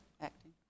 acting